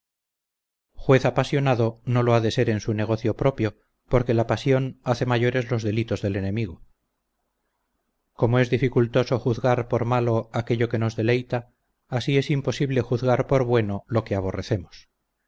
juez apasionado no lo ha de ser en su negocio propio porque la pasión hace mayores los delitos del enemigo como es dificultoso juzgar por malo aquello que nos deleita así es imposible juzgar por bueno lo que aborrecemos